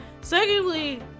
secondly